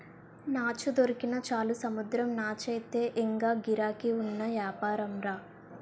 నాచు దొరికినా చాలు సముద్రం నాచయితే ఇంగా గిరాకీ ఉన్న యాపారంరా